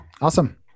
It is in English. Awesome